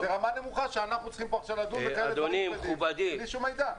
רמה נמוכה שאנחנו צריכים פה עכשיו לדון בכאלה דברים כבדים בלי שום מידע.